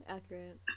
Accurate